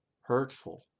hurtful